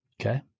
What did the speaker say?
Okay